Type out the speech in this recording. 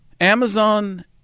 Amazon